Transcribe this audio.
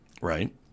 Right